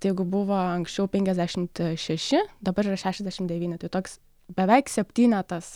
tai jeigu buvo anksčiau penkiasdešimt šeši dabar yra šešiasdešim devyni tai toks beveik septynetas